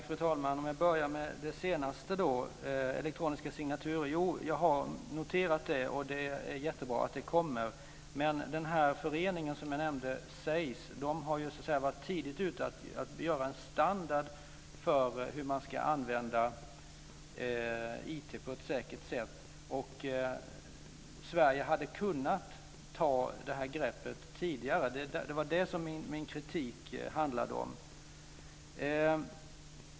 Fru talman! Om jag börjar med elektroniska signaturer, har jag noterat att den frågan tas upp. Det är jättebra att det kommer. Men den förening som jag nämnde, SEIS, har varit tidigt ute och gjort en standard för hur man ska använda IT på ett säkert sätt. Sverige hade kunnat ta det här greppet tidigare. Det var det som min kritik handlade om.